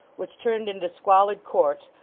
which turned into squalid courts,